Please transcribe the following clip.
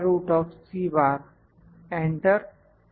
LCL enter हां